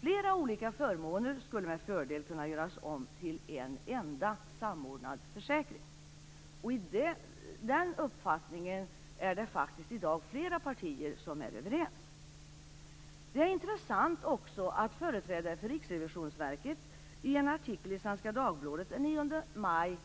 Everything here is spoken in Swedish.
Flera olika förmåner skulle med fördel kunna göras om till en enda samordnad försäkring. I dag är det faktiskt flera partier som har den uppfattningen. Det är också intressant att företrädare för Riksrevisionsverket i en artikel i Svenska Dagbladet den 9 maj,